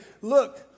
look